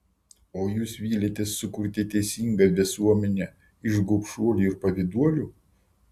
o jūs viliatės sukurti teisingą visuomenę iš gobšuolių ir pavyduolių